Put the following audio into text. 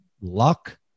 luck